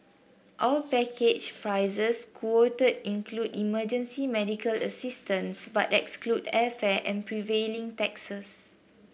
all package prices quoted include emergency medical assistance but exclude airfare and prevailing taxes